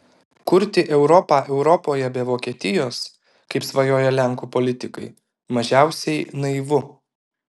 kurti europą europoje be vokietijos kaip svajoja lenkų politikai mažiausiai naivu